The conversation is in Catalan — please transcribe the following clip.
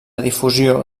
difusió